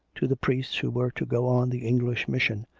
to the priests who were to go on the english mission,